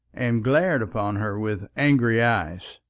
and glared upon her with angry eyes.